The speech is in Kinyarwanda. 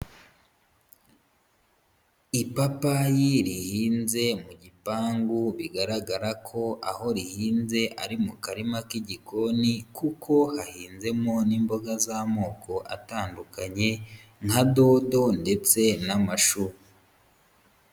Ipapayi rihinze mu gipangu bigaragara ko aho rihinze ari mu karima k'igikoni kuko hahinzemo n'imboga z'amoko atandukanye nka dodo ndetse n'amashu.